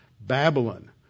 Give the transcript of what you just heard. Babylon